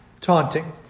Taunting